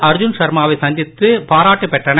அர்ஜுன்ஷர்மாவைசந்தித்துபாராட்டுபெற்றனர்